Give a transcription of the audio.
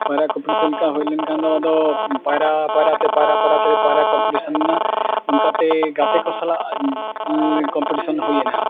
ᱯᱟᱭᱨᱟ ᱠᱚᱢᱯᱤᱴᱤᱥᱚᱱ ᱞᱮᱠᱟ ᱦᱩᱭ ᱞᱮᱱᱠᱷᱟᱱ ᱫᱚ ᱟᱫᱚ ᱯᱟᱭᱨᱟ ᱯᱟᱭᱨᱟ ᱛᱮ ᱯᱟᱭᱨᱟ ᱯᱟᱭᱨᱟ ᱛᱮ ᱯᱟᱭᱨᱟ ᱠᱚᱢᱯᱤᱴᱤᱥᱚᱱ ᱮᱱᱟ ᱚᱱᱠᱟᱛᱮ ᱜᱟᱛᱮ ᱠᱚ ᱥᱟᱞᱟᱜ ᱠᱚᱢᱯᱤᱴᱤᱥᱚᱱ ᱦᱩᱭᱮᱱᱟ